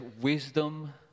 wisdom